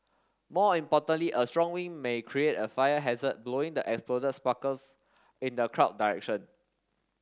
more importantly a strong wind may create a fire hazard blowing the exploded sparkles in the crowd direction